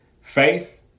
faith